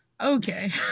Okay